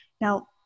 Now